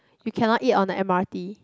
you cannot eat on the m_r_t